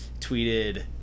tweeted